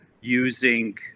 using